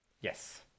Yes